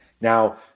now